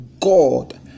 god